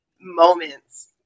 moments